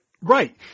Right